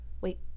Wait